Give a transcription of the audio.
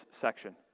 section